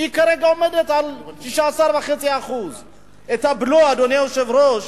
היא כרגע עומדת על 16.5%. הבלו, אדוני היושב-ראש,